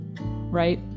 right